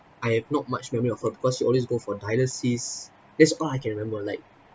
I have not much memory of her because she always go for dialysis that's all I can remember like